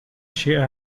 شیعه